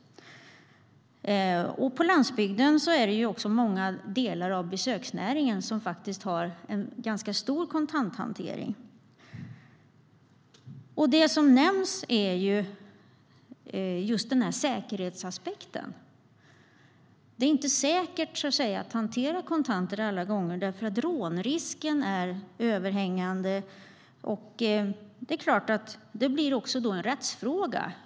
Och på landsbygden har många delar av besöksnäringen en ganska stor kontanthantering. Det som nämns är just säkerhetsaspekten. Det är inte säkert att hantera kontanter alla gånger eftersom rånrisken är överhängande. Då blir det också en rättsfråga.